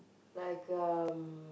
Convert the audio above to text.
like um